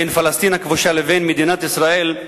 בין פלסטין הכבושה לבין מדינת ישראל,